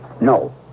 No